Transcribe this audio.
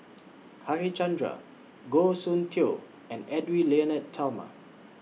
Harichandra Goh Soon Tioe and Edwy Lyonet Talma